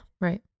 Right